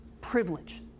privilege